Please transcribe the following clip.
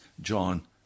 John